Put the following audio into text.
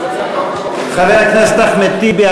חבר הכנסת אחמד טיבי,